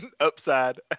Upside